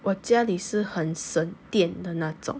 我家里是很省电的那种